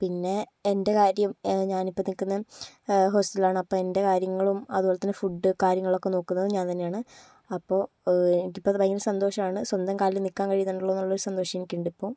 പിന്നെ എൻ്റെ കാര്യം ഞാനിപ്പം നിൽക്കുന്നത് ഹോസ്റ്റലിലാണ് അപ്പം എൻ്റെ കാര്യങ്ങളും അതുപോലെ തന്നെ ഫുഡ് കാര്യങ്ങളൊക്കെ നോക്കുന്നത് ഞാൻ തന്നെയാണ് അപ്പോൾ എനിക്കിപ്പമത് ഭയങ്കര സന്തോഷമാണ് സ്വന്തം കാലിൽ നിൽക്കാൻ കഴിയുന്നുണ്ടല്ലോ എന്നുള്ളൊരു സന്തോഷം എനിക്കുണ്ട് ഇപ്പോൾ